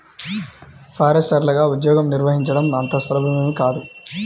ఫారెస్టర్లగా ఉద్యోగం నిర్వహించడం అంత సులభమేమీ కాదు